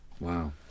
Wow